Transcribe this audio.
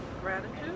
Gratitude